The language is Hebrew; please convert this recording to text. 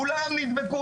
כולם נדבקו,